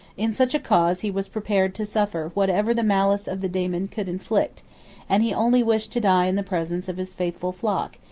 in such a cause he was prepared to suffer whatever the malice of the daemon could inflict and he only wished to die in the presence of his faithful flock,